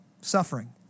suffering